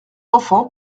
enfants